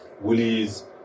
Woolies